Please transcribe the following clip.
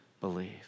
believe